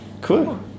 Cool